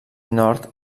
nord